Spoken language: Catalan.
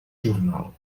jornal